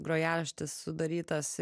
grojaraštis sudarytas